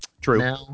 True